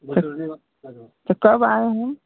तो कब आए हम